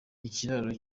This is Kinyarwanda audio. ikiraro